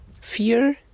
fear